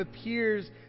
appears